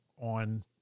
on